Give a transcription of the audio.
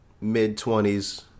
mid-twenties